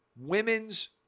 women's